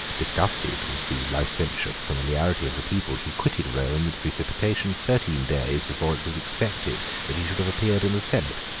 disgusted with the licentious familiarity of the people, he quitted rome with precipitation thirteen days before it was expected that he should have appeared in the senate,